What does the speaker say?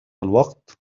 الوقت